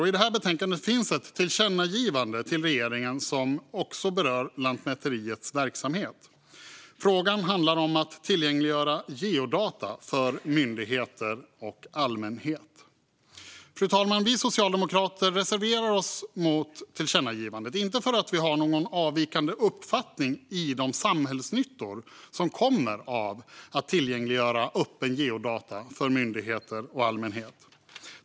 Till exempel föreslås ett tillkännagivande till regeringen som också berör Lantmäteriets verksamhet. Det handlar om att tillgängliggöra geodata för myndigheter och allmänhet. Fru talman! Vi socialdemokrater reserverar oss mot tillkännagivandet, men det är inte för att vi har någon avvikande uppfattning om de samhällsnyttor som kommer av att tillgängliggöra öppna geodata för myndigheter och allmänhet.